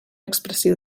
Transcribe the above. expressiu